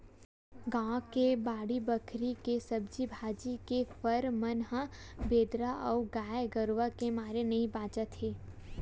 गाँव के बाड़ी बखरी के सब्जी भाजी, के फर मन ह बेंदरा अउ गाये गरूय के मारे नइ बाचत हे